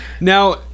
now